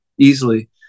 easily